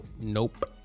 Nope